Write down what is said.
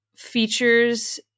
features